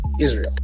Israel